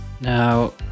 Now